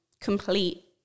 complete